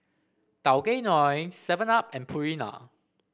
Tao Kae Noi Seven Up and Purina